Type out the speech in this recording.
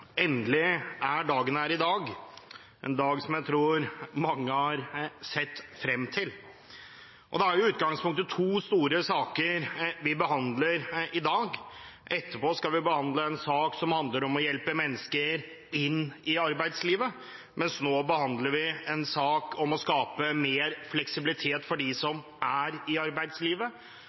Endelig er dagen her – en dag som jeg tror mange har sett frem til. Det er i utgangspunktet to store saker vi behandler i dag. Etterpå skal vi behandle en sak som handler om å hjelpe mennesker inn i arbeidslivet, mens nå behandler vi en sak om å skape mer fleksibilitet for